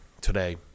today